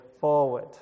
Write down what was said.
forward